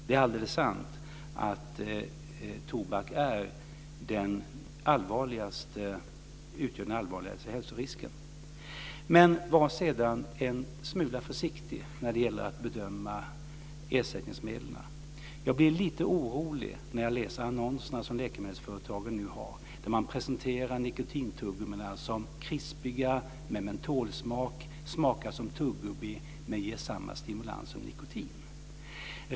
Det är alldeles sant att tobak utgör den allvarligaste hälsorisken. Men var sedan en smula försiktig när det gäller att bedöma ersättningsmedlen. Jag blir lite orolig när jag läser läkemedelsföretagens annonser, där man presenterar nikotintuggummina som krispiga med mentolsmak, att de smakar som tuggummi men ger samma stimulans som nikotin.